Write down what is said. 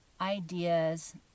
ideas